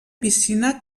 piscina